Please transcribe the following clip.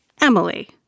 Emily